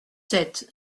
sept